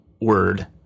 Word